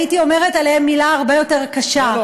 הייתי אומרת עליהם מילה הרבה יותר קשה.